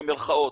במרכאות,